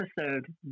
episode